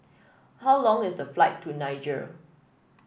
how long is the flight to Niger